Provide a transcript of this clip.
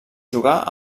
jugar